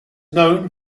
known